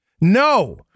no